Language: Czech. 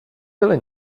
byly